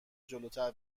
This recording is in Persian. جلوتر